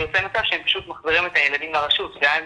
ויוצא מצב שהם פשוט מחזירים את הילדים לרשות ואז